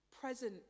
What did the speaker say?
present